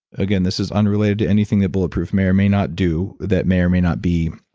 again, this is unrelated to anything that bulletproof may or may not do that may or may not be